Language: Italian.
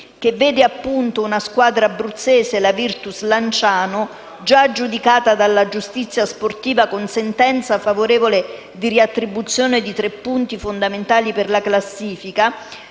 che vede, appunto, una squadra abruzzese, la Virtus Lanciano - già giudicata dalla giustizia sportiva con sentenza favorevole di riattribuzione di tre punti fondamentali per la classifica